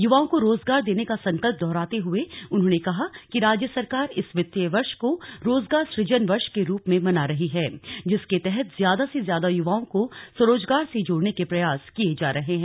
युवाओं को रोजगार देने का संकल्प दोहराते हुए उन्होंने कहा कि राज्य सरकार इस वित्तीय वर्ष को रोजगार सुजन वर्ष के रूप में मना रही है जिसके तहत ज्यादा से ज्यादा युवाओं को स्वरोजगार से जोड़ने के प्रयास किये जा रहे हैं